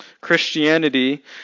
Christianity